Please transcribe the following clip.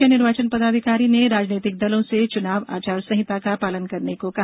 मुख्य निर्वाचन पदाधिकारी ने राजनीतिक दलों से चुनाव आचार संहिता का पालन करने को कहा